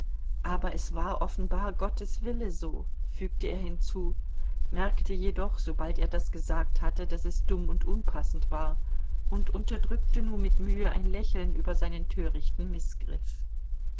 aber es war offenbar gottes wille so fügte er hinzu merkte jedoch sobald er das gesagt hatte daß es dumm und unpassend war und unterdrückte nur mit mühe ein lächeln über seinen törichten